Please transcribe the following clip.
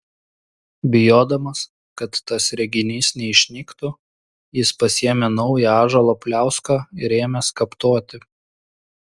bijodamas kad tas reginys neišnyktų jis pasiėmė naują ąžuolo pliauską ir ėmė skaptuoti